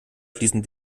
fließen